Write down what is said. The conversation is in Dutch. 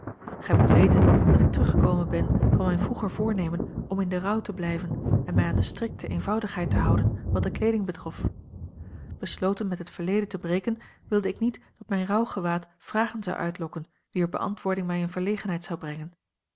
gij moet weten dat ik teruggekomen ben van mijn vroeger voornemen om in den rouw te blijven en mij aan de strikte eenvoudigheid te houden wat de kleeding betrof besloten met het verleden te breken wilde ik niet dat mijn rouwgewaad vragen zou uitlokken wier beantwoording mij in verlegenheid zou brengen